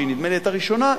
שהיתה ראשונה,